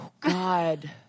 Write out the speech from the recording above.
God